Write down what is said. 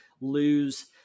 lose